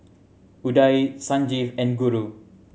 Udai Sanjeev and Guru